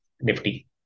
nifty